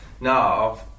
No